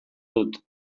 dut